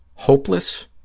hopeless,